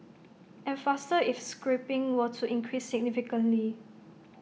and faster if scrapping were to increase significantly